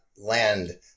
land